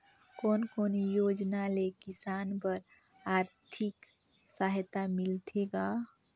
कोन कोन योजना ले किसान बर आरथिक सहायता मिलथे ग?